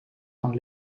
van